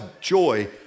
joy